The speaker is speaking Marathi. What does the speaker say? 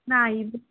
नाही